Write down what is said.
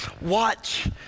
watch